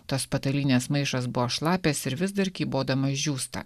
tos patalynės maišas buvo šlapias ir vis dar kybodamas džiūsta